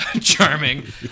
charming